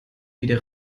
wieder